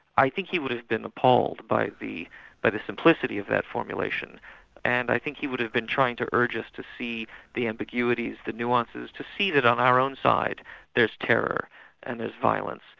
i think he would have been appalled by the but the simplicity of that formulation and i think he would have been trying to urge us to see the ambiguities, the nuances, to see that on our own side there's terror and there's violence,